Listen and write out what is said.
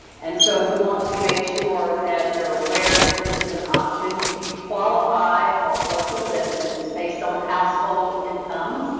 and so we want to make sure that you're aware that this is an option if you qualify for orca lift and it's based on household income,